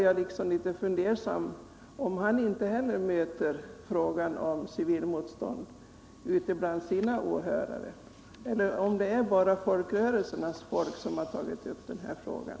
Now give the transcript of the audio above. Jag undrar därför om inte också han möter frågan om civilmotstånd bland sina åhörare eller om det bara är folkrörelsernas folk som tar upp den frågan.